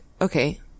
okay